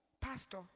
Pastor